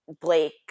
Blake –